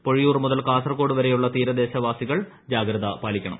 പൊഴിയൂർ മുതൽ കാസർഗോഡ് വരെയുള്ള തീര്ദേശവാസികൾ ജാഗ്രത പാലിക്കണം